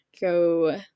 go